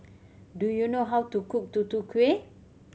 do you know how to cook Tutu Kueh